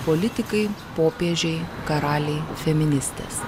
politikai popiežiai karaliai feministės